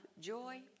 joy